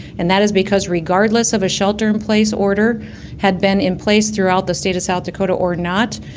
and that is because regardless of a shelter in place, order had been in place throughout the state of south dakota or not.